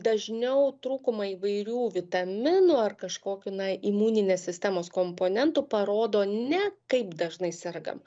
dažniau trūkumai įvairių vitaminų ar kažkokių na imuninės sistemos komponentų parodo ne kaip dažnai sergam